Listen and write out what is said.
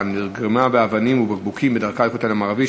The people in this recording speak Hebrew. נרגמה באבנים ובקבוקים בדרכה לכותל המערבי,